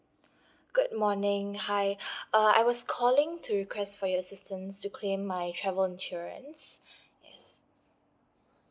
good morning hi uh I was calling to request for your assistance to claim my travel insurance yes